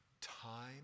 time